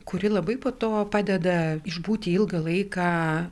kuri labai po to padeda išbūti ilgą laiką